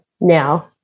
now